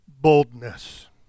boldness